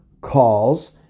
calls